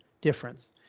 difference